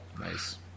Nice